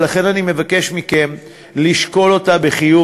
ולכן אני מבקש מכם לשקול אותה בחיוב,